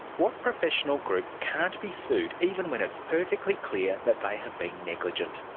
what professional group can't be sued even when it's perfectly clear that they have been negligent?